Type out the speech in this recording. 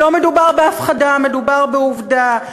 לא מדובר בהפחדה, מדובר בעובדה.